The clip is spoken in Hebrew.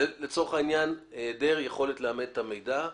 לצורך העניין היעדר יכולת לאמת את המידע,